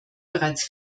bereits